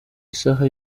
isaha